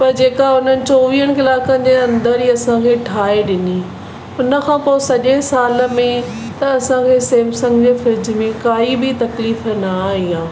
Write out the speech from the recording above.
पर जेका हुननि चोवीह कलाकनि जे अंदर ई असांखे ठाहे ॾिनी हुनखां पोइ सॼे साल में त असांखे सैमसंग जे फ्रिज में काई बि तकलीफ़ ना आई आहे